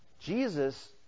Jesus